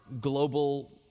global